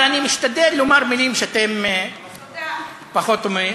אבל אני משתדל לומר מילים שאתם פחות, תודה.